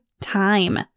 time